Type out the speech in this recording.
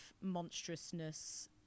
monstrousness